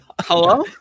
hello